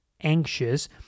anxious